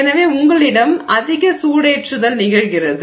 எனவே உங்களிடம் அதிக சூடேற்றுதல் நிகழ்கிறது